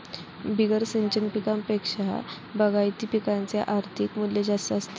बिगर सिंचन पिकांपेक्षा बागायती पिकांचे आर्थिक मूल्य जास्त असते